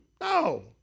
No